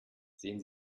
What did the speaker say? sehen